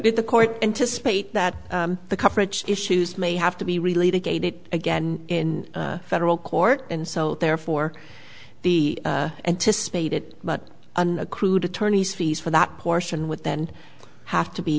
the court anticipate that the coverage issues may have to be really to get it again in federal court and so therefore the anticipate it but on a crude attorneys fees for that portion what then have to be